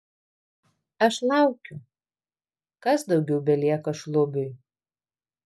aš laukiu kas daugiau belieka šlubiui